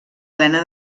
plena